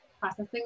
processing